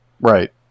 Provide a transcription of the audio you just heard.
Right